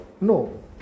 No